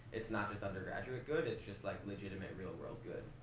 it's not just undergraduate good. it's just, like, legitimate, real-world good.